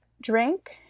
drink